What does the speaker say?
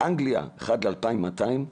אנגליה 1:2,200,